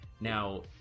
Now